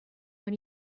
when